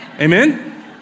Amen